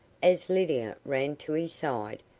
as lydia ran to his side,